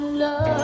love